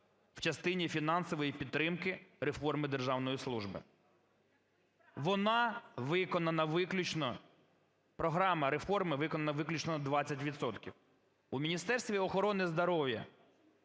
в частині фінансової підтримки реформи державної служби. Вона виконана виключно… програма реформи виконана виключно на 20 відсотків. У Міністерстві охорони здоров'я,